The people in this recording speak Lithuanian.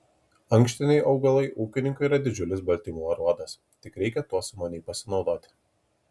ankštiniai augalai ūkininkui yra didžiulis baltymų aruodas tik reikia tuo sumaniai pasinaudoti